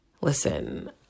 listen